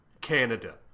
Canada